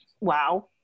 wow